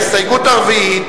ההסתייגות הרביעית,